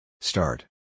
Start